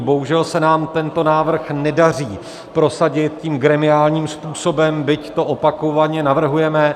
Bohužel se nám tento návrh nedaří prosadit gremiálním způsobem, byť to opakovaně navrhujeme.